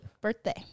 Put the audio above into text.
Birthday